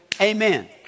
Amen